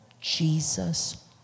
Jesus